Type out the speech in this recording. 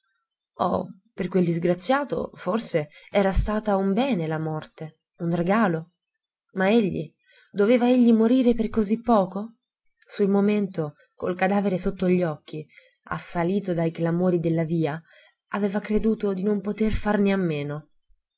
oh per quel disgraziato forse era stata un bene la morte un regalo ma egli doveva egli morire per così poco sul momento col cadavere sotto gli occhi assalito dai clamori della via aveva creduto di non poter farne a meno